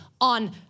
on